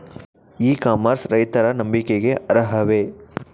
E commerce ರೈತರ ನಂಬಿಕೆಗೆ ಅರ್ಹವೇ?